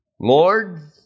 Lord